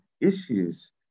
issues